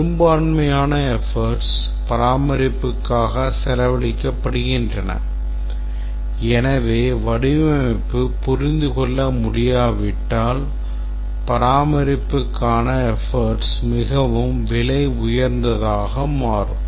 பெரும்பான்மையான efforts பராமரிப்புக்காக செலவழிக்கப்படுகின்றன எனவே வடிவமைப்பு புரிந்துகொள்ள முடியாவிட்டால் பராமரிப்புக்கான efforts மிகவும் விலை உயர்ந்ததாக மாறும்